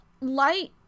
light